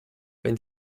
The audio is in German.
wenn